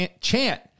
chant